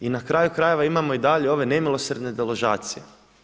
I na kraju krajeva imamo i dalje ove nemilosrdne deložacije.